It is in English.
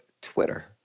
Twitter